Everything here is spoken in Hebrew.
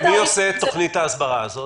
מי עושה את תוכנית ההסברה הזאת?